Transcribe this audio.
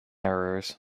errors